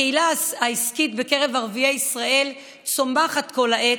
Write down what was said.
הקהילה העסקית בקרב ערביי ישראל צומחת כל העת,